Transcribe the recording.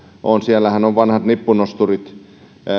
on siellähän vanhat nippunosturit